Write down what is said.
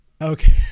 Okay